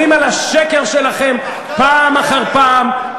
אתם חוזרים על השקר שלכם פעם אחר פעם,